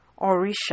Orisha